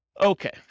Okay